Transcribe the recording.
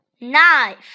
knife